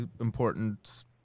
important